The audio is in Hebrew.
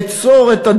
אצור את,